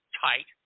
tight